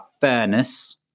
fairness